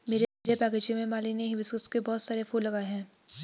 मेरे बगीचे में माली ने हिबिस्कुस के बहुत सारे फूल लगाए हैं